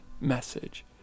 message